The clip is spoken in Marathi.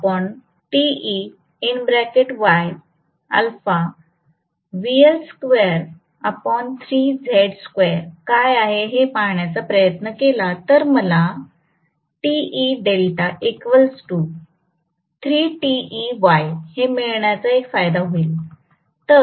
मी काय आहे ते पाहण्याचा प्रयत्न केला तर मला हे मिळाल्याचा एक फायदा होईल